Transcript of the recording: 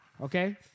Okay